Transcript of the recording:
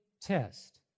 test